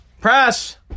Press